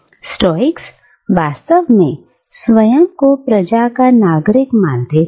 Stoics वास्तव में स्वयं को प्रजा का नागरिक मानते थे